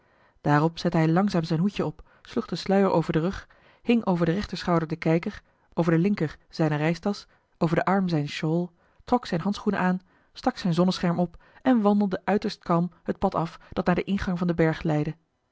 daarop zette hij langzaam zijn hoedje op sloeg den sluier over den rug hing over den rechterschouder den kijker over den linker zijne reistasch over den arm zijn shawl trok zijne handschoenen aan stak zijn zonnescherm op en wandelde uiterst kalm het pad af dat naar den ingang van den berg